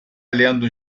lendo